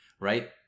right